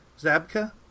Zabka